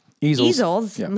Easels